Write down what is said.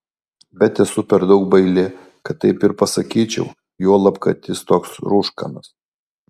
bet esu per daug baili kad taip ir pasakyčiau juolab kai jis toks rūškanas